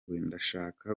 ndashaka